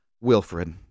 Wilfred